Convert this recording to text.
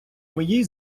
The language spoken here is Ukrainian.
моїй